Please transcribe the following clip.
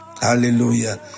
Hallelujah